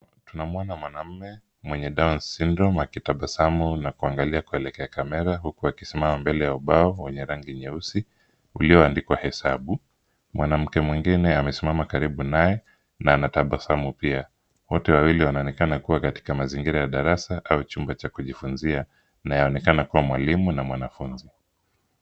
Tunamwona mwanamume mwenye down syndrome , akitabasamu na kuangalia kuelekea kamera, huku akisimama mbele ya ubao wenye rangi nyeusi, ulioandikwa hesabu. Mwanamke mwingine amesimama karibu naye, na anatabasamu pia. Wote wawili wanaonekana kuwa katika mazingira ya darasa, au chumba cha kujifunzia. Na yaonekana kuwa mwalimu na mwanafunzi.